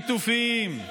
לשיתופים.